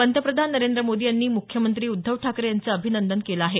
पंतप्रधान नरेंद्र मोदी यांनी मुख्यमंत्री उद्धव ठाकरे यांचं अभिनंदन केलं आहे